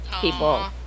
people